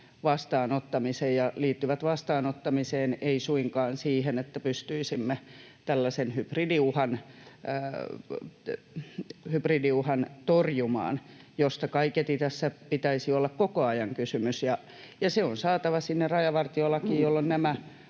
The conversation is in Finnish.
vastaanottamisen ja liittyvät vastaanottamiseen, eivät suinkaan siihen, että pystyisimme tällaisen hybridiuhan torjumaan, mistä kaiketi tässä pitäisi olla koko ajan kysymys. Ja se on saatava sinne rajavartiolakiin, jolloin näitä